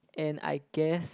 and I guess